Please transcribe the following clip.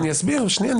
אני אסביר, שנייה.